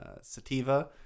sativa